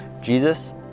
Jesus